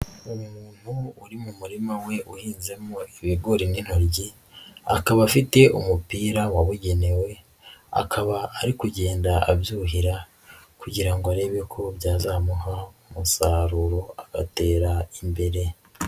Umuntu uri mu murima we uhinzemo ibigori n'intoryi, akaba afite umupira wabugenewe, akaba ari kugenda abyuhira kugira ngo arebe ko byazamuha umusaruro agatera imbere.